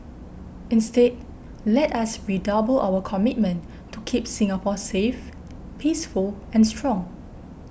instead let us redouble our commitment to keep Singapore safe peaceful and strong